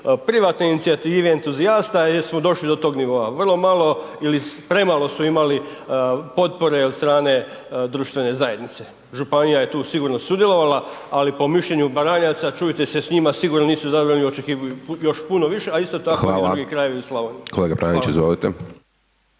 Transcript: privatne inicijative, entuzijasta, jer smo došli do tog nivoa, vrlo malo ili premalo su imali potpore od strane društvene zajednice. Županija je tu sigurno sudjelovala, ali po mišljenju Baranjaca, čujte se s njima, sigurno nisu…/Govornik se ne razumije/…još puno više, a isto tako…/Upadica: Hvala/…i drugi krajevi u Slavoniji. Hvala. **Hajdaš Dončić, Siniša